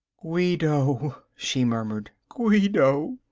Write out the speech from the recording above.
guido, she murmured, guido.